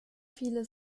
viele